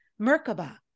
Merkaba